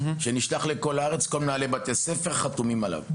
שנשלח לכל מנהלי בתי הספר בארץ והם כולם חתומים עליו.